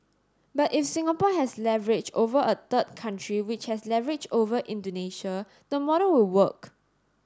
but if Singapore has leverage over a third country which has leverage over Indonesia the model will work